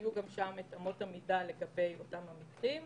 יהיו שם את אמות המידה לגבי אותם המקרים,